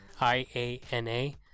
IANA